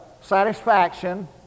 satisfaction